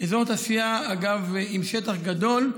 אזור תעשייה, אגב, עם שטח גדול,